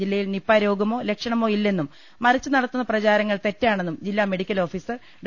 ജില്ലയിൽ നിപ്പ രോഗമോ ലക്ഷണമോ ഇല്ലെന്നും മറിച്ച് നടത്തുന്ന പ്രചാരങ്ങൾ തെറ്റാണെന്നും ജില്ലാ മെഡിക്കൽ ഓഫീസർ ഡോ